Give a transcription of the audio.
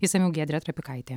išsamiau giedrė trapikaitė